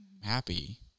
happy